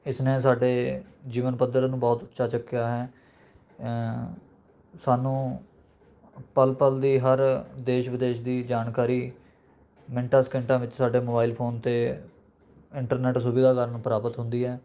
ਇਸਨੇ ਸਾਡੇ ਜੀਵਨ ਪੱਧਰ ਨੂੰ ਬਹੁਤ ਉੱਚਾ ਚੱਕਿਆ ਹੈ ਸਾਨੂੰ ਪਲ਼ ਪਲ਼ ਦੀ ਹਰ ਦੇਸ਼ ਵਿਦੇਸ਼ ਦੀ ਜਾਣਕਾਰੀ ਮਿੰਟਾਂ ਸਕਿੰਟਾਂ ਵਿੱਚ ਸਾਡੇ ਮੋਬਾਇਲ ਫ਼ੋਨ 'ਤੇ ਇੰਟਰਨੈੱਟ ਸੁਵਿਧਾ ਕਾਰਨ ਪ੍ਰਾਪਤ ਹੁੰਦੀ ਹੈ